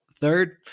Third